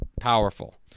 Powerful